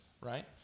right